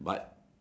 but